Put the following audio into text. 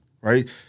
right